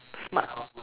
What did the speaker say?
smart